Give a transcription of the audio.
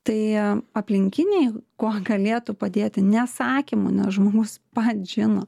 tai aplinkiniai kuo galėtų padėti ne sakymu nes žmogus pats žino